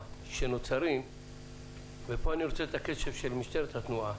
שנוצרים ופה אני רוצה את הקשב של משטרת התנועה,